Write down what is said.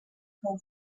fou